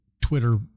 Twitter